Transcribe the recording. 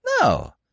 No